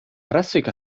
arrazoik